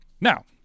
Now